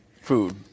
food